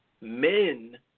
Men